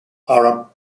are